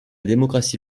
démocratie